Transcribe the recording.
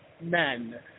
men